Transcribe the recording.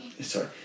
sorry